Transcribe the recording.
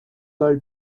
doe